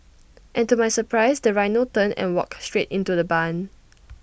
and to my surprise the rhino turned and walked straight into the barn